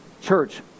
church